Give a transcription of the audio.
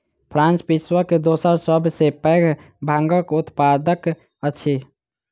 France विश्व के दोसर सभ सॅ पैघ भांगक उत्पादक अछि